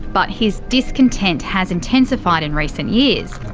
but his discontent has intensified in recent years.